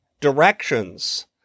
directions